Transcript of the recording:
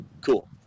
cool